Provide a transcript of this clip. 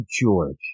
George